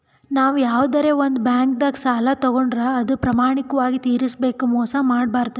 ನಾವ್ ಯವಾದ್ರೆ ಒಂದ್ ಬ್ಯಾಂಕ್ದಾಗ್ ಸಾಲ ತಗೋಂಡ್ರ್ ಅದು ಪ್ರಾಮಾಣಿಕವಾಗ್ ತಿರ್ಸ್ಬೇಕ್ ಮೋಸ್ ಮಾಡ್ಬಾರ್ದು